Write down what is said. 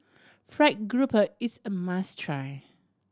fried grouper is a must try